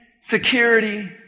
security